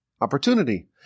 opportunity